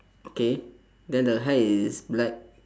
okay then the hair is black